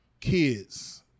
kids